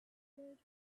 good